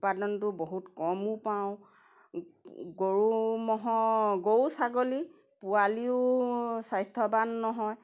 উৎপাদনটো বহুত কমো পাওঁ গৰু ম'হ গৰু ছাগলী পোৱালিও স্বাস্থ্যৱান নহয়